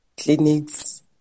clinics